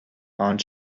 and